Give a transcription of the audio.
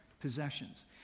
possessions